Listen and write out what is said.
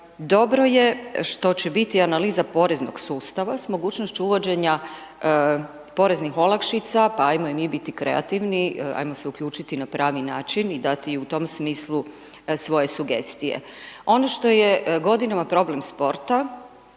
Dobro je što će biti analiza poreznog sustava s mogućnošću uvođenja poreznih olakšica, pa ajmo i mi biti kreativni, ajmo se uključiti na pravi način i dati u tom smislu svoje sugestije. Ono što je godinama problem sporta,